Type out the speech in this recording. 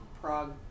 Prague